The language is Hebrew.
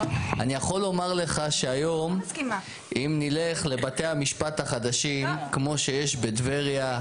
אני יכול לומר לך שהיום שאם נלך לבתי המשפט החדשים כמו שיש בטבריה,